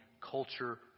culture